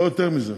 לא יותר מזה.